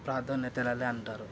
ప్రార్థన అంటారు